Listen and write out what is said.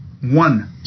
one